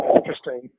Interesting